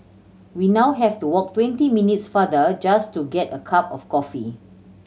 we now have to walk twenty minutes farther just to get a cup of coffee